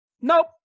nope